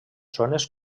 zones